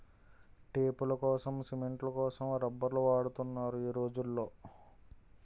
టేపులకోసం, సిమెంట్ల కోసం రబ్బర్లు వాడుతున్నారు ఈ రోజుల్లో